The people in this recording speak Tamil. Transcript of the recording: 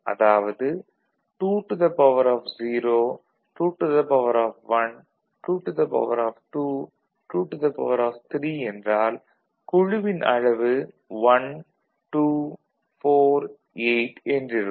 அதாவது 20 21 22 23 என்றால் குழுவின் அளவு 1248 என்றிருக்கும்